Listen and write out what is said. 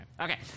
Okay